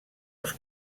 els